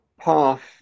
path